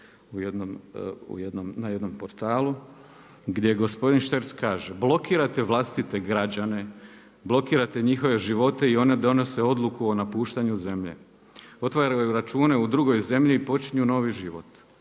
na jednom portalu gdje gospodin Šterc kaže: „Blokirate vlastite građane, blokirate njihove živote i oni donose odluku o napuštanju zemlje. Otvaraju račune u drugoj zemlji i počinju novi život.